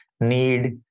need